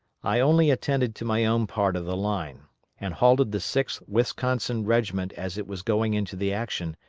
i only attended to my own part of the line and halted the sixth wisconsin regiment as it was going into the action,